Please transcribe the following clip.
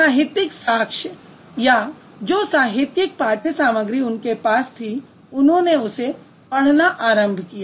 जो साहित्यिक साक्ष्य या जो साहित्यिक पाठ्यसामग्री उनके पास थी उन्होंने उसे पढ़ना आरंभ किया